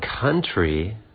country